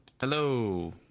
Hello